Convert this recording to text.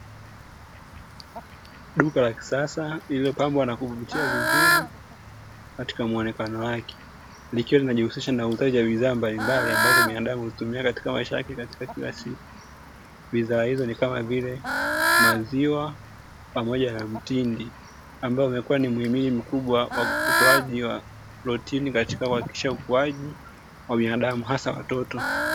Duka la kisasa lililopangwa na kuvutiwa vizuri katika muonekano wake, likiwa linajihusisha na uuzaji wa bidhaa mbalimbali ambazo binadamu hutumia katika maisha yake ya kila siku. Bidhaa hizo ni kama vile maziwa pamoja na mtindi, ambavyo vimekuwa ni muhimili mkubwa wa utoaji wa protini katika kuhakikisha ukuaji wa binadamu hasa watoto.